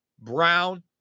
brown